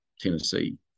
Tennessee